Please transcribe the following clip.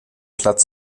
platz